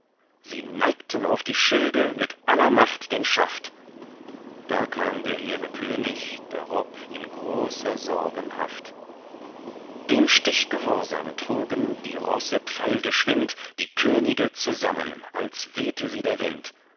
sie neigten auf die schilde mit aller macht den schaft da kam der hehre könig darob in großer sorgen haft dem stich gehorsam trugen die rosse pfeilgeschwind die könige zusammen als wehte sie der wind